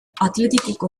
athleticeko